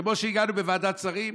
כמו שהגענו בוועדת שרים,